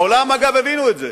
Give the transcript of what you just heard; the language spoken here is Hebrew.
בעולם, אגב, הבינו את זה,